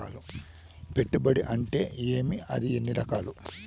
పెట్టుబడి అంటే ఏమి అది ఎన్ని రకాలు